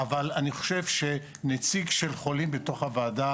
אבל אני חושב שנציג של חולים בתוך הוועדה